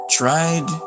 tried